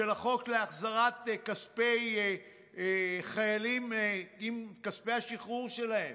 כמו החוק לתת לחיילים את כספי השחרור שלהם,